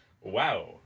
Wow